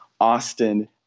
Austin